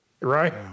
Right